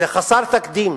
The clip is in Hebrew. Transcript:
זה חסר תקדים